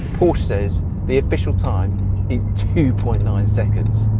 porsche says the official time is two point nine seconds.